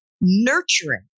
nurturing